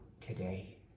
today